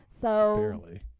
Barely